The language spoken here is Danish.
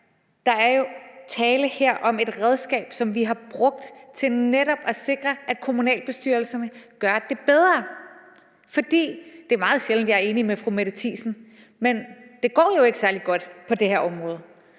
der er jo her tale om et redskab, som vi har brugt til netop at sikre, at kommunalbestyrelserne gør det bedre. Det er meget sjældent, at jeg er enig med fru Mette Thiesen, men det går jo ikke særlig godt på det her område,